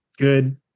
good